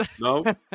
No